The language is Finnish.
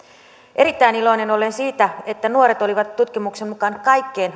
erittäin iloinen olen siitä että nuoret olivat tutkimuksen mukaan kaikkein